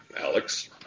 Alex